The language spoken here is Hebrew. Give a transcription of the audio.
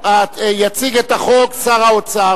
יציג את החוק שר האוצר.